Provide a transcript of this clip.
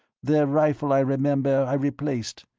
the rifle i remember i replaced.